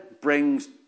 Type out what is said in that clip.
brings